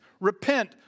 Repent